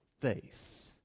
faith